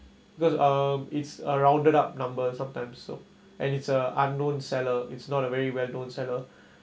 because um it's a rounded up number sometime so and it's a unknown seller it's not a very well known seller